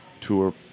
tour